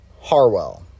Harwell